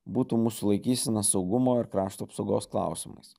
būtų mūsų laikysena saugumo ir krašto apsaugos klausimais